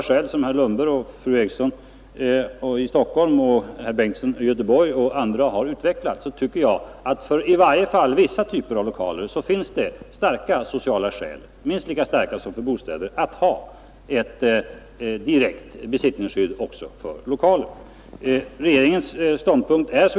Som herr Lundberg, fru Eriksson i Stockholm, herr Bengtsson i Göteborg och andra har utvecklat finns det starka sociala skäl — minst lika starka som för bostäder — att ha ett direkt besittningsskydd också för i varje fall vissa typer av lokaler.